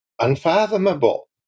unfathomable